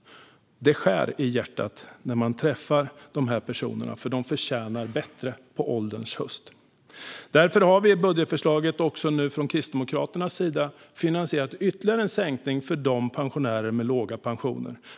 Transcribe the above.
Det skär i hjärtat när man träffar dessa personer. De förtjänar bättre på ålderns höst. Därför har vi i budgetförslaget från Kristdemokraternas sida finansierat ytterligare en sänkning för de pensionärer som har låga pensioner.